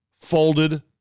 folded